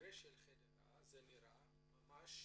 המקרה של חדרה נראה ממש,